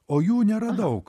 o jų nėra daug